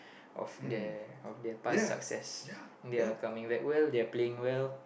of their of their past success they're coming back well they're playing well